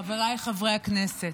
חבריי חברי הכנסת.